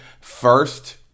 first